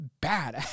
bad